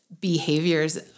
behaviors